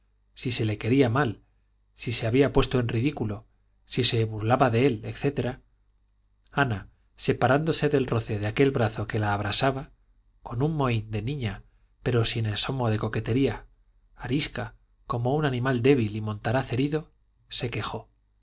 si se le quería mal si se había puesto en ridículo si se burlaba de él etc ana separándose del roce de aquel brazo que la abrasaba con un mohín de niña pero sin asomo de coquetería arisca como un animal débil y montaraz herido se quejó se